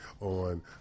on